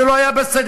זה לא היה בסדר-היום.